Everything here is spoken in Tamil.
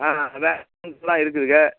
ஆ அதுதான் இருக்குதுங்க